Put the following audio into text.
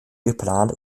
geplant